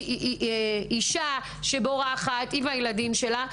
זו אישה שבורחת עם הילדים שלה,